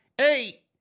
Eight